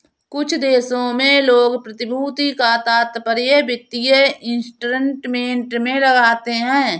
कुछ देशों में लोग प्रतिभूति का तात्पर्य वित्तीय इंस्ट्रूमेंट से लगाते हैं